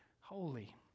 holy